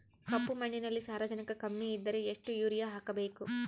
ಕಪ್ಪು ಮಣ್ಣಿನಲ್ಲಿ ಸಾರಜನಕ ಕಮ್ಮಿ ಇದ್ದರೆ ಎಷ್ಟು ಯೂರಿಯಾ ಹಾಕಬೇಕು?